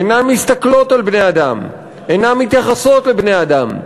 אינן מסתכלות על בני-אדם, אינן מתייחסות לבני-אדם.